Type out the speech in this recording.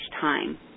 time